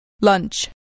lunch